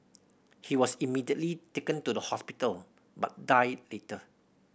he was immediately taken to the hospital but died later